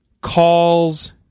calls